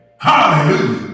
Hallelujah